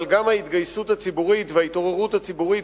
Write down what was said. אבל גם ההתגייסות הציבורית וההתעוררות הציבורית